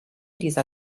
dieser